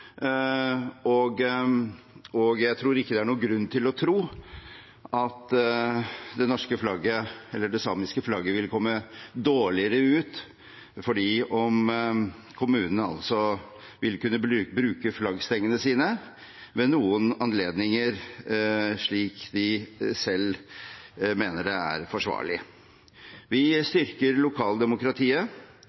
fulgt, og jeg tror ikke det er noen grunn til å tro at det norske flagget eller det samiske flagget vil komme dårligere ut fordi om kommunene altså vil kunne bruke flaggstengene sine ved noen anledninger slik de selv mener det er forsvarlig. Vi styrker lokaldemokratiet